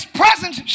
presence